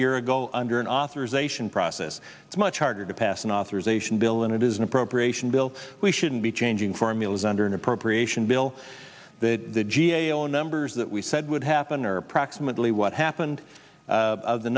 year ago under an authorization process it's much harder to pass an authorization bill and it is an appropriation bill we shouldn't be changing formulas under an appropriation bill that the g a o numbers that we said would happen or approximately what happened of the